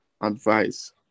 advice